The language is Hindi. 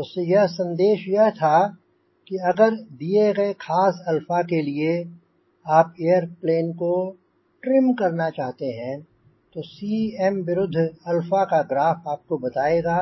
तो संदेश यह था कि अगर दिए गए खास 𝛼 के लिए आप एयर प्लेन को ट्रिम करना चाहते हैं तो Cm विरुद्ध 𝛼 का ग्राफ आपको बताएगा